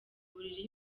buriri